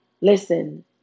listen